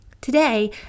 Today